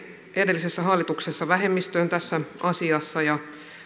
edellisessä hallituksessa vähemmistöön tässä asiassa